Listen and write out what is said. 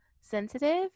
sensitive